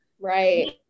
Right